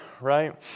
right